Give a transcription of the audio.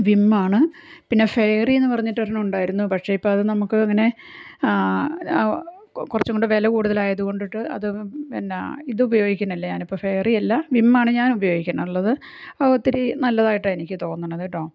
വിമ്മാണ് പിന്നെ ഫെയറി എന്നു പറഞ്ഞിട്ടൊരെണ്ണം ഉണ്ടായിരുന്നു പക്ഷേ ഇപ്പം അത് നമുക്ക് അങ്ങനെ കുറച്ചും കൂടി വില കൂടുതലായതു കൊണ്ടിട്ട് അത് പിന്നെ ഇതുപയോഗിക്കണില്ല ഞാനിപ്പം ഫെയറിയല്ല വിമ്മാണ് ഞാൻ ഉപയോഗിക്കണുള്ളത് അത് ഒത്തിരി നല്ലതായിട്ടാണ് എനിക്ക് തോന്നണത് കേട്ടോ